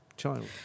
child